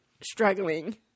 struggling